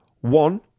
one